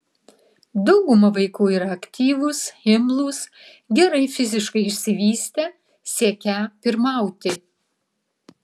dauguma vaikų yra aktyvūs imlūs gerai fiziškai išsivystę siekią pirmauti